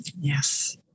Yes